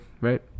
right